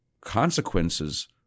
consequences